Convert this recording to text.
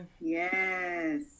yes